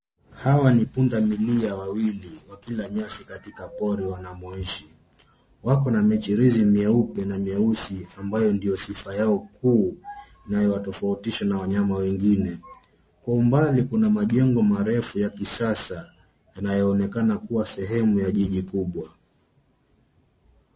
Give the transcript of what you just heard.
Hawa ni punda milia wawili wakila nyasi katika pori wanamoishi. Wakona michirizi mieupe na mieusi ambayo ndo sifa yao kuu inayowatofautisha na wanyama wengine. Kwa umbali kuna majengo marefu ya kisasa yanayonekana kuwa sehemu ya jiji kubwa.